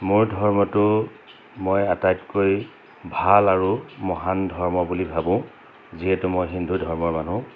মোৰ ধৰ্মটো মই আটাইতকৈ ভাল আৰু মহান ধৰ্ম বুলি ভাবোঁ যিহেতু মই হিন্দু ধৰ্মৰ মানুহ